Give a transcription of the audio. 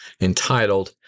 entitled